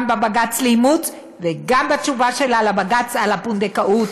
גם בבג"ץ לאימוץ וגם בתשובה שלה בבג"ץ על הפונדקאות,